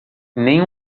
nem